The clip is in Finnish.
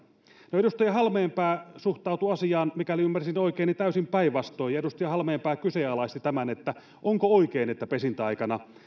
no edustaja halmeenpää suhtautui asiaan mikäli ymmärsin oikein täysin päinvastoin edustaja halmeenpää kyseenalaisti tämän onko oikein että pesintäaikana